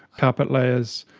carpet layers,